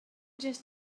just